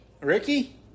Ricky